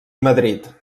madrid